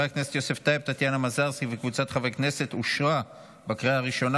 לוועדת הבריאות